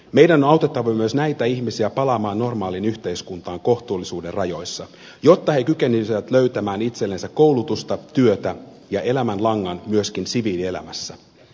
meidän on autettava myös näitä ihmisiä palaamaan normaaliin yhteiskuntaan kohtuullisuuden rajoissa jotta he kykenisivät löytämään itsellensä koulutusta työtä ja elämänlangan myöskin siviilielämässä